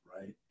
right